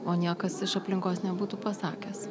o niekas iš aplinkos nebūtų pasakęs